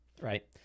right